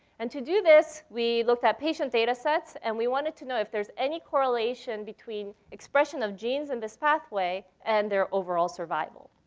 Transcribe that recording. and to do this, we looked at patient data sets. and we wanted to know if there's any correlation between expression of genes in this pathway and their overall survival.